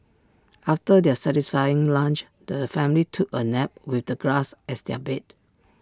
after their satisfying lunch the family took A nap with the grass as their bed